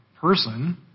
person